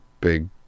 big